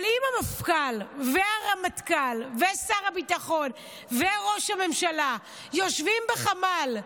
אבל אם המפכ"ל והרמטכ"ל ושר הביטחון וראש הממשלה יושבים בחמ"ל,